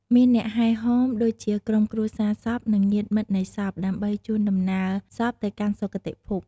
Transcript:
មានអ្នកហែហម ដូចជាក្រុមគ្រួសារសព និងញាតិមិត្តនៃសព ដើម្បីជូនដំណើរសពទៅកាន់សុគតិភព។